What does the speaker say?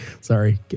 sorry